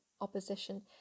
opposition